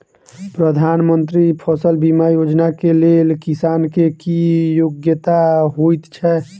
प्रधानमंत्री फसल बीमा योजना केँ लेल किसान केँ की योग्यता होइत छै?